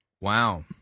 Wow